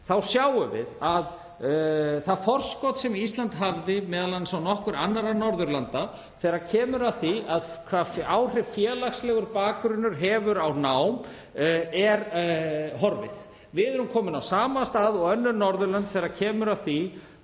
þá sjáum við að það forskot er horfið sem Ísland hafði, m.a. á nokkur önnur Norðurlönd, þegar kemur að því hvaða áhrif félagslegur bakgrunnur hefur á nám. Við erum komin á sama stað og önnur Norðurlönd þegar kemur að því